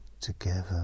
together